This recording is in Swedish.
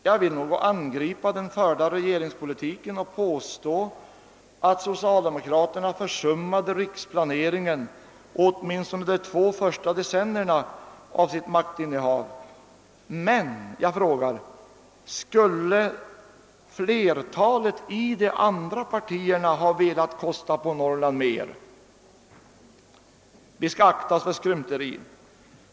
Jag vill nog angripa den förda regeringspolitiken och påstå att socialdemokraterna försummade riksplaneringen åtminstone under de två första decennierna av sitt maktinnehav men jag frågar: Skulle flertalet i de andra partierna ha velat kosta på Norrland mer? Vi skall akta oss för skrymteri.